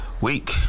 week